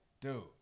dude